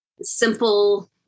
simple